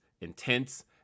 intense